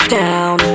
down